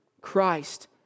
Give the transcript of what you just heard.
Christ